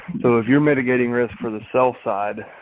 so if you're mitigating risk for the sell side